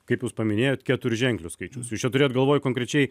kaip jūs paminėjot keturženklius skaičius jūs čia turėjot galvoj konkrečiai